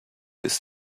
ist